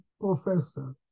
professor